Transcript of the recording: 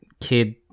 kid